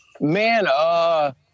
Man